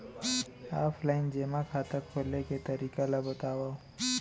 Offline जेमा खाता खोले के तरीका ल बतावव?